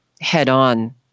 head-on